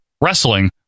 wrestling